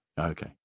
Okay